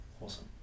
awesome